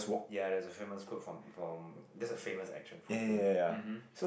ya there was a famous quote from from that's a famous action from him um hm